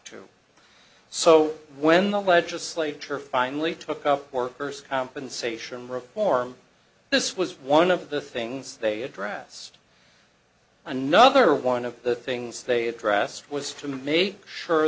to so when the legislature finally took up workers compensation reform this was one of the things they addressed another one of the things they addressed was to make sure